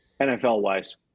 NFL-wise